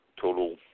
total